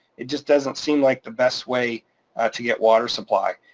it just doesn't seem like the best way to get water supply.